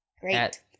great